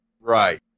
Right